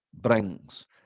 brings